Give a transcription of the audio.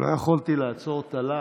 לא יכולתי לעצור את הלהט,